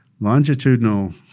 Longitudinal